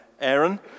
Aaron